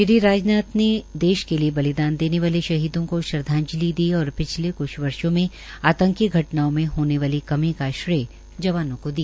श्री राजनाथ ने देश के लिए बलिदान देने वाले शहीदों को श्रद्वाजंलि दी और पिछले वर्षो में आंतकी घटनाओं मे होने वाली कमी को श्रेय जवानों को दिया